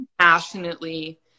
passionately